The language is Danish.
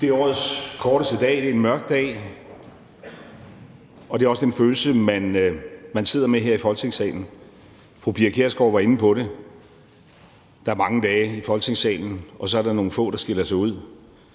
Det er årets korteste dag, det er en mørk dag, og det er også den følelse, man sidder med her i Folketingssalen. Fru Pia Kjærsgaard var inde på det. Der er mange dage i Folketingssalen, og så er der nogle få, der skiller sig ud.